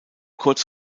kurz